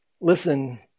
Listen